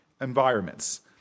environments